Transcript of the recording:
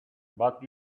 but